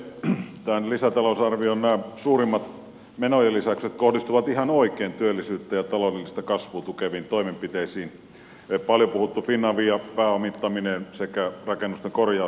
tämän lisätalousarvion suurimmat menojen lisäykset kohdistuvat ihan oikein työllisyyttä ja taloudellista kasvua tukeviin toimenpiteisiin paljon puhuttuun finavian pääomittamiseen sekä rakennusten korjaushankkeisiin